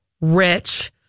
rich